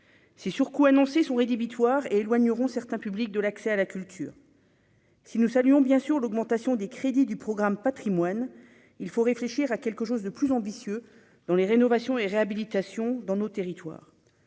ces surcoûts annoncés sont rédhibitoires éloigneront certains publics de l'accès à la culture. Si nous saluons bien sûr, l'augmentation des crédits du programme patrimoines, il faut réfléchir à quelque chose de plus ambitieux dans les rénovations et réhabilitations dans nos territoires,